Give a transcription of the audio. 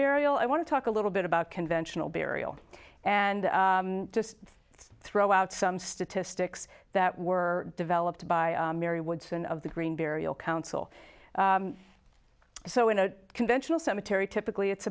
burial i want to talk a little bit about conventional burial and just throw out some statistics that were developed by mary woodson of the green burial council so in a conventional cemetery typically it's